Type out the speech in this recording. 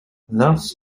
thus